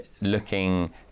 looking